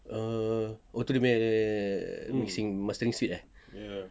err oh tu dia punya mixing mastering suite eh